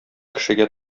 кешегә